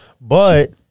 But-